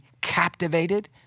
captivated